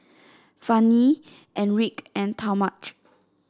Fannye Enrique and Talmadge